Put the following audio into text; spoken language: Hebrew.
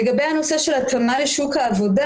לגבי הנושא של התאמה לשוק העבודה.